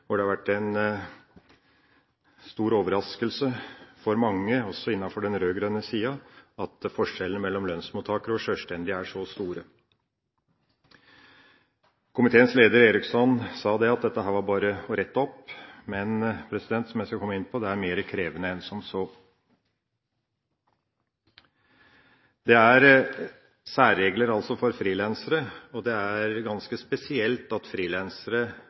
det har vært en stor overraskelse for mange – også blant rød-grønne – at forskjellene mellom lønnsmottakere og sjølstendige er så store. Komiteens leder Eriksson sa at dette er det bare å rette opp, men som jeg skal komme inn på, er det mer krevende enn som så. Det er særregler for frilansere, og det er ganske spesielt at